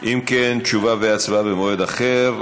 אם כן, תשובה והצבעה במועד אחר.